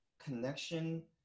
connection